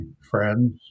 friends